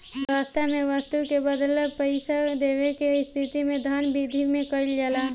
बेवस्था में बस्तु के बदला पईसा देवे के स्थिति में धन बिधि में कइल जाला